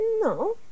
No